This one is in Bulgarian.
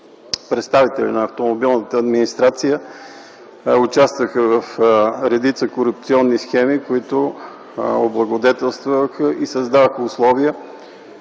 представители на „Автомобилна администрация” участваха в редица корупционни схеми, които облагодетелстваха и създаваха условия